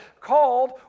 called